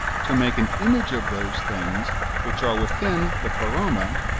to make an image of those things which are within the pleroma,